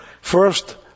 First